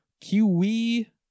Kiwi